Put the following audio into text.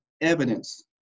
evidence